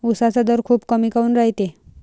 उसाचा दर खूप कमी काऊन रायते?